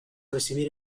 recibir